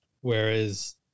Whereas